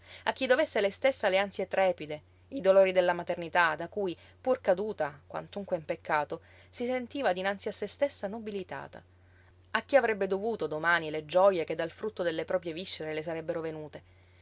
a chi dovesse lei stessa le ansie trepide i dolori della maternità da cui pur caduta quantunque in peccato si sentiva dinanzi a sé stessa nobilitata a chi avrebbe dovuto domani le gioje che dal frutto delle proprie viscere le sarebbero venute